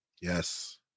Yes